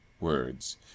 words